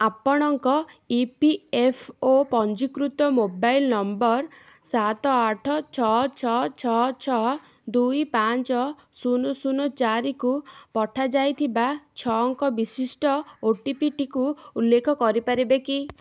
ଆପଣଙ୍କ E P F ଓ ପଞ୍ଜୀକୃତ ମୋବାଇଲ ନମ୍ବର ସାତ ଆଠ ଛଅ ଛଅ ଛଅ ଛଅ ଦୁଇ ପାଞ୍ଚ ଶୂନ ଶୂନ ଚାରିକୁ ପଠାଯାଇଥିବା ଛଅ ଅଙ୍କ ବିଶିଷ୍ଟ ଓଟିପିଟିକୁ ଉଲ୍ଲେଖ କରିପାରିବେ କି